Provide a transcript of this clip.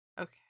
Okay